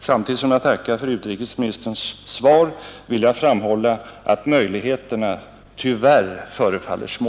Samtidigt som jag tackar för utrikesministerns svar vill jag framhålla att möjligheterna nu tyvärr förefaller små.